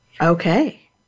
Okay